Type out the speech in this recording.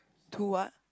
too what